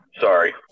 Sorry